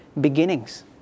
beginnings